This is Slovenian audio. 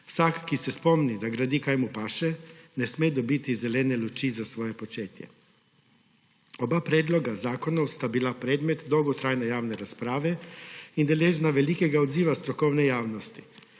Vsak, ki se spomni, da gradi, kar mu paše, ne sme dobiti zelene luči za svoje početje. Oba predloga zakonov sta bila predmet dolgotrajne javne razprave in deležna velikega odziva strokovne javnosti.